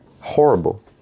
Horrible